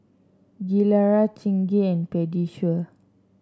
Gilera Chingay and Pediasure